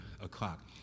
o'clock